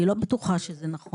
אני לא בטוחה שזה נכון.